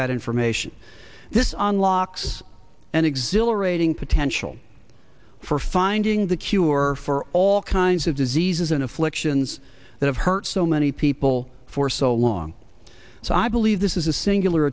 that information this on locks and exhilarating potential for finding the cure for all kinds of diseases and afflictions that hurt so many people for so long so i believe this is a singular